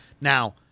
Now